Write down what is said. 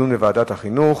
תידון בוועדת החינוך.